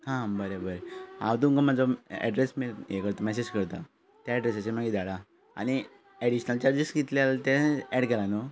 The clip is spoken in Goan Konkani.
हा बरें बरें हांव तुमकां म्हाजो एड्रेस मेल कर हें करता मेसेज करता त्या एड्रेसाचेर मागीर धाडा आनी एडिशनल चार्जीस कितले जाला ते एड केला न्हू